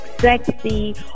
sexy